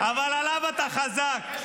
אבל עליו אתה חזק.